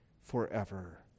forever